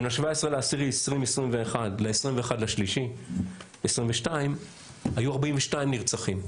בין ה-17 באוקטובר 2021 ל-21 במרס 2022 היו 42 נרצחים.